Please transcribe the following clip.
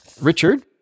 Richard